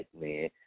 man